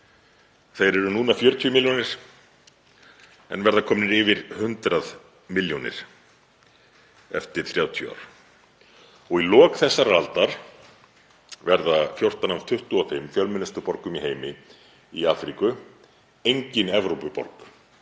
þeir eru núna 40 milljónir en verða komnir yfir 100 milljónir eftir 30 ár. Í lok þessarar aldar verða 14 af 25 fjölmennustu borgum í heimi í Afríku. Engin Evrópuborg